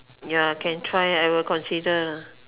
ya can try I will consider lah